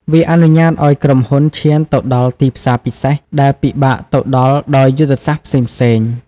វាអនុញ្ញាតឱ្យក្រុមហ៊ុនឈានទៅដល់ទីផ្សារពិសេស ដែលពិបាកទៅដល់ដោយយុទ្ធសាស្ត្រផ្សេងៗ។